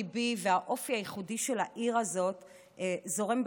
והאופי הייחודי של העיר הזאת זורם בעורקיי.